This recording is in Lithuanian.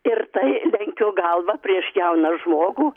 ir tai lenkiu galvą prieš jauną žmogų